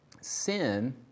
Sin